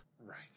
Right